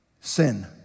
Sin